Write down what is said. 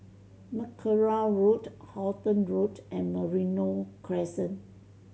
Mackerrow Road Halton Road and Merino Crescent